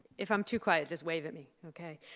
if i'm too quiet, just wave at me, okay?